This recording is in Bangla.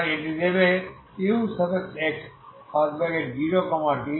সুতরাং এইটি দেবে ux0t0